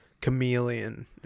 chameleon